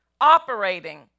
operating